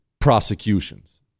prosecutions